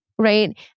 right